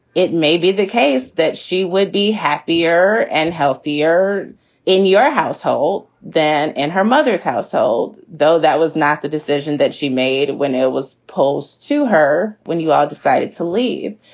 it may be the case that she would be happier and healthier in your household than in her mother's household, though that was not the decision that she made when it was posed to her. when you ah decided to leave.